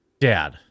Dad